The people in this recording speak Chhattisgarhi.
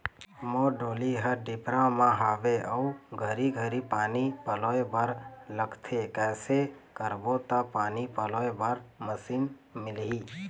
मोर डोली हर डिपरा म हावे अऊ घरी घरी पानी पलोए बर लगथे कैसे करबो त पानी पलोए बर मशीन मिलही?